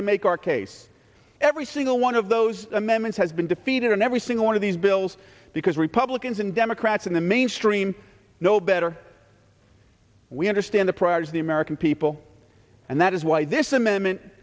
to make our case every single one of those amendments has been defeated in every single one of these bills because republicans and democrats in the mainstream know better we understand the pressures of the american people and that is why this amendment